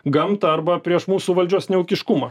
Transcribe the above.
gamtą arba prieš mūsų valdžios neūkiškumą